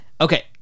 Okay